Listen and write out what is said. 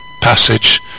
passage